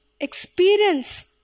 experience